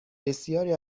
بسیاری